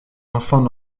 enfants